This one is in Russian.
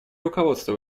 руководство